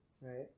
right